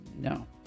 No